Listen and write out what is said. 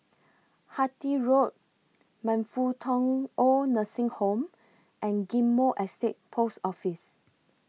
Hythe Road Man Fut Tong Oid Nursing Home and Ghim Moh Estate Post Office